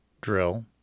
drill